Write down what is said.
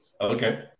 Okay